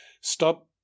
stop